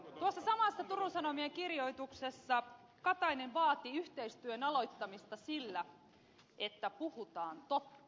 tuossa samassa turun sanomien kirjoituksessa katainen vaati yhteistyön aloittamista sillä että puhutaan totta